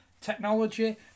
technology